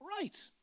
right